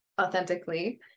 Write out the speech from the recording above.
authentically